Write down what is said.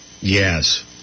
Yes